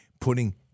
putting